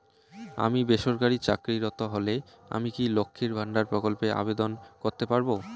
আমি বেসরকারি চাকরিরত হলে আমি কি লক্ষীর ভান্ডার প্রকল্পে আবেদন করতে পারব?